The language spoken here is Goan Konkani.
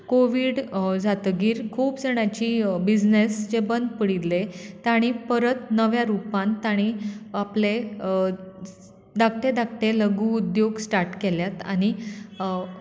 कोविड जातकीर खूब जाणांची बिजनेस जें बंद पडिल्लें तांणी परत नव्या रुपान तांणी आपले धाकटें धाकटें लघु उद्योग स्टार्ट केल्यात आनी